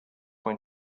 when